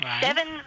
Seven